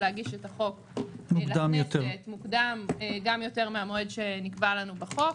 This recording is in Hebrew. להגיש את החוק לכנסת מוקדם יותר מהמועד שנקבע לנו בחוק,